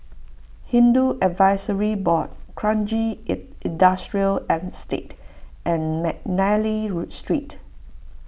Hindu Advisory Board Kranji it Industrial Estate and McNally Street